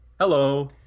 Hello